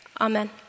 Amen